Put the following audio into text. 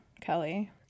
Kelly